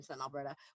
Alberta